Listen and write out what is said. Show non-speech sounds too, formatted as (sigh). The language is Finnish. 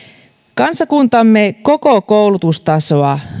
kansakuntamme koko koulutustasoa (unintelligible)